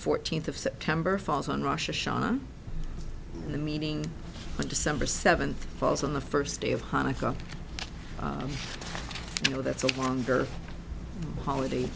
fourteenth of september falls on russia shot on the meeting on december seventh falls on the first day of hanukkah you know that's a longer holiday